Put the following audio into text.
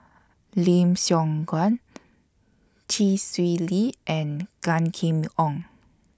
Lim Siong Guan Chee Swee Lee and Gan Kim Yong